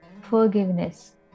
forgiveness